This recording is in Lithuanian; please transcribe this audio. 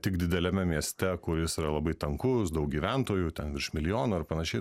tik dideliame mieste kuris yra labai tankus daug gyventojų ten virš milijono ir panašiai